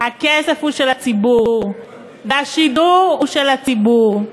הכסף הוא של הציבור, והשידור הוא של הציבור,